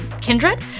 Kindred